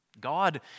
God